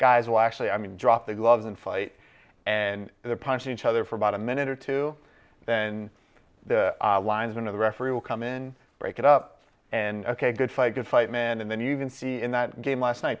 guys will actually i mean drop the gloves and fight and punch each other for about a minute or two then the lines of the referee will come in break it up and ok good fight good fight man and then you can see in that game last night